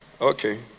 Okay